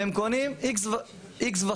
והם קונים X וחצי